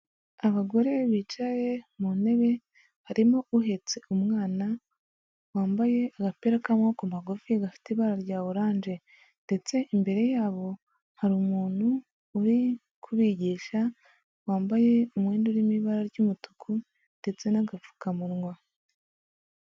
Abagore bicaye mu ntebe, harimo uhetse umwana wambaye agapira k'amaboko magufi gafite ibara rya oranje, ndetse imbere yabo hari umuntu uri kubigisha wambaye umwenda urimo ibara ry'umutuku ndetse n'agapfukamunwa.